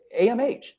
amh